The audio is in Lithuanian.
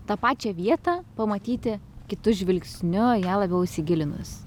tą pačią vietą pamatyti kitu žvilgsniu į ją labiau įsigilinus